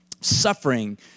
suffering